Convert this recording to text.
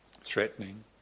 threatening